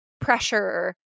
pressure